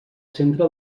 centre